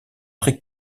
très